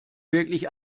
wirklich